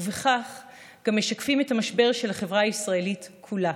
ובכך גם משקפים את המשבר של החברה הישראלית כולה.